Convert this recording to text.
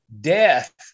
death